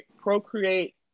Procreate